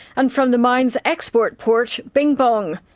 and from the mine's export port, bing bong.